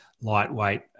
lightweight